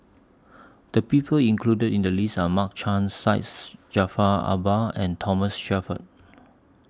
The People included in The list Are Mark Chan Jaafar Albar and Thomas Shelford